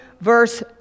verse